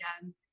again